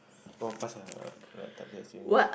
!wah! pass ah like takde seh